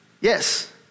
Yes